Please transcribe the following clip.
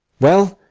well,